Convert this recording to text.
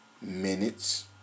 minutes